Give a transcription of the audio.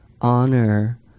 honor